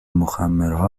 مخمرها